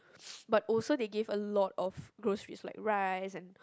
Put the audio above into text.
but also they give a lot of groceries like rice and